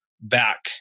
back